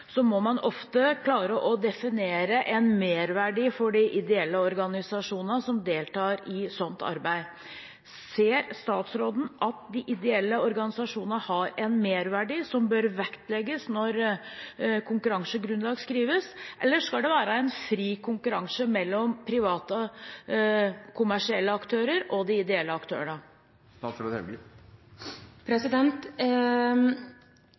må man ofte klare å definere en merverdi for de ideelle organisasjonene som deltar i sånt arbeid. Ser statsråden at de ideelle organisasjonene har en merverdi som bør vektlegges når konkurransegrunnlag skrives? Eller skal det være en fri konkurranse mellom private, kommersielle aktører og de ideelle aktørene?